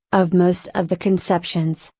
of most of the conceptions,